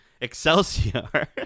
Excelsior